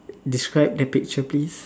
describe the picture please